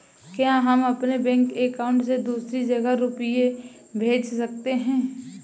क्या हम अपने बैंक अकाउंट से दूसरी जगह रुपये भेज सकते हैं?